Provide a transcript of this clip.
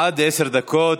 עד עשר דקות.